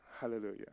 Hallelujah